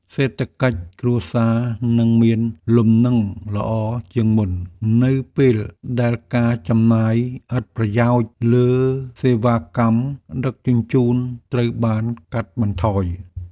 សេដ្ឋកិច្ចគ្រួសារនឹងមានលំនឹងល្អជាងមុន នៅពេលដែលការចំណាយឥតប្រយោជន៍លើសេវាកម្មដឹកជញ្ជូនត្រូវបានកាត់បន្ថយ។